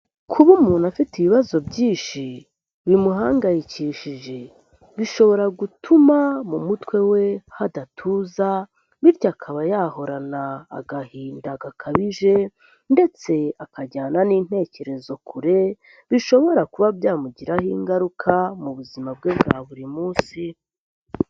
Kuba umuntu afite ibibazo byinshi bimuhangayikishije, bishobora gutuma mu mutwe we hadatuza bityo akaba yahorana agahinda gakabije ndetse akajyana n'intekerezo kure, bishobora kuba byamugiraho ingaruka mu buzima bwe bwa buri munsi.